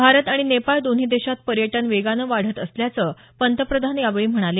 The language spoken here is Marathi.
भारत आणि नेपाळ दोन्ही देशात पर्यटन वेगानं वाढत असल्याचं पंतप्रधान यावेळी म्हणाले